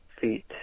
feet